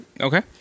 Okay